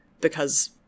because-